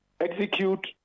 execute